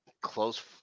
Close